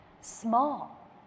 Small